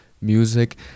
music